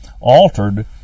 altered